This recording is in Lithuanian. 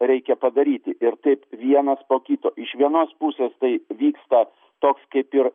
reikia padaryti ir taip vienas po kito iš vienos pusės tai vyksta toks kaip ir